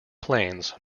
plains